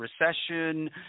Recession